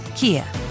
Kia